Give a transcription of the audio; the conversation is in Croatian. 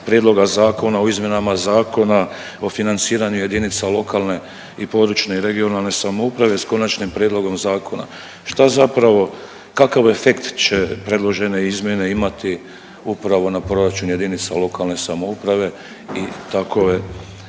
prijedloga Zakona o izmjenama Zakona o financiranju lokalne i područne i regionalne samouprave s konačnim prijedlogom zakona. Šta zapravo, kakav efekt će predložene izmjene imati upravo na proračun jedinica lokalne samouprave i tako